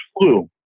flu